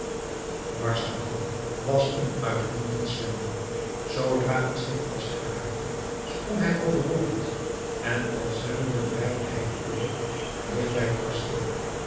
marzavan was een uitmuntend zwemmer zoodra het schip vast geraakte sprong hij over boord en al zwemmende bereikte hij den oever digt bij het kasteel